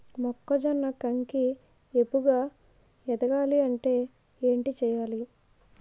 మొక్కజొన్న కంకి ఏపుగ ఎదగాలి అంటే ఏంటి చేయాలి?